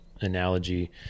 analogy